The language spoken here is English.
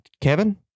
Kevin